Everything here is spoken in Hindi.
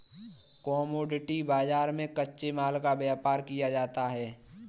कोमोडिटी बाजार में कच्चे माल का व्यापार किया जाता है